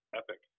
epic